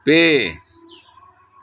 ᱯᱮ